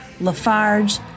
Lafarge